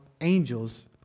angels